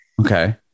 Okay